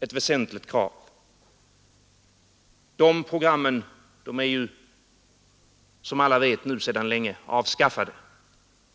ett väsentligt krav, nu sedan länge — som alla vet — är avskaffade.